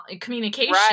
communication